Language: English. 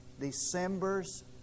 December's